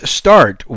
start